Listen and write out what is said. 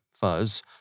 fuzz